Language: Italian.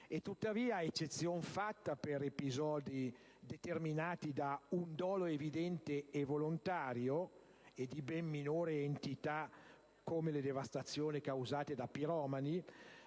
Tuttavia, eccezion fatta per episodi determinati da un dolo evidente e volontario (e di ben minore entità, come le devastazioni causate da piromani),